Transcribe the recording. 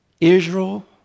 Israel